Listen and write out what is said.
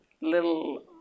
little